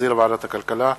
שהחזירה ועדת הכלכלה.